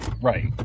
Right